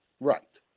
Right